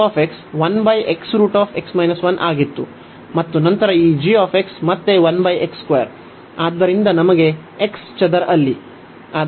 ಮತ್ತು ನಂತರ ಈ g ಮತ್ತೆ ಆದ್ದರಿಂದ ನಮಗೆ x ಚದರ ಅಲ್ಲಿ